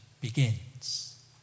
begins